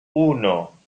uno